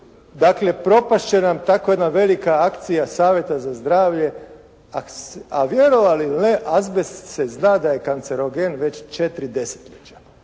dakle, propasti će nam tako jedna velika akcija savjeta za zdravlje. A vjerovali ili ne azbest se zna da je kancerogen već 4 desetljeća.